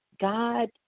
God